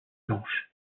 blanches